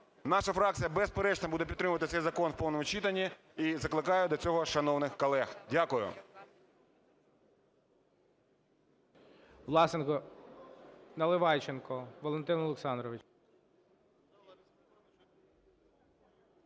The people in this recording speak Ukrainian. Наша фракція безперечно буде підтримувати цей закон в повному читанні і закликає до цього шановних колег. Дякую.